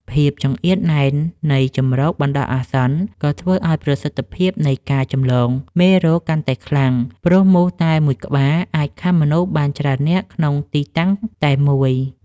ភាពចង្អៀតណែននៃជម្រកបណ្តោះអាសន្ន ក៏ធ្វើឱ្យប្រសិទ្ធភាពនៃការចម្លងមេរោគកាន់តែខ្លាំង ព្រោះមូសតែមួយក្បាលអាចខាំមនុស្សបានច្រើននាក់ក្នុងទីតាំងតែមួយ។